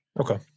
Okay